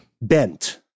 Bent